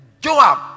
Joab